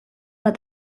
bat